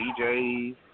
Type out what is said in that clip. DJs